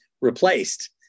replaced